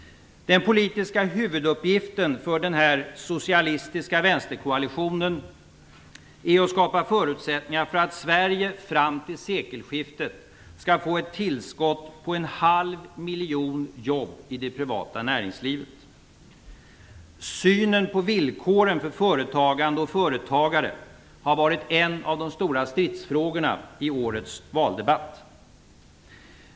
Den politiska huvuduppgiften för denna socialistiska vänsterkoalition är att skapa förutsättningar för att Sverige fram till sekelskiftet skall få ett tillskott på en halv miljon jobb i det privata näringslivet. Synen på villkoren för företagande och företagare har varit en av de stora stridsfrågorna i årets valdebatt.